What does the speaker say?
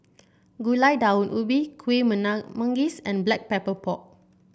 Gulai Daun Ubi Kuih Manggis and Black Pepper Pork